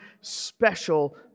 special